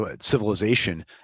civilization